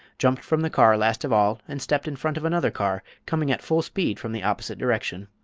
jumped from the car last of all, and stepped in front of another car coming at full speed from the opposite direction.